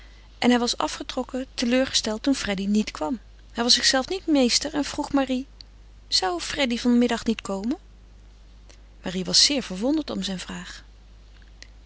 en hij was afgetrokken teleurgesteld toen freddy niet kwam hij was zichzelven niet meer meester en vroeg marie zou freddy van middag niet komen marie was zeer verwonderd over zijn vraag